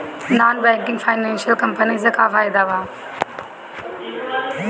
Non banking financial company से का फायदा बा?